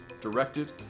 directed